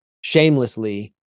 shamelessly